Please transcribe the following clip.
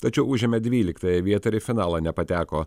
tačiau užėmė dvyliktąją vietą ir į finalą nepateko